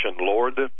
Lord